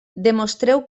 demostreu